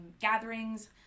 gatherings